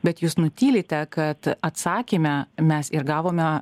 bet jūs nutylite kad atsakyme mes ir gavome